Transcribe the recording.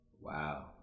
Wow